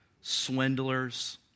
swindlers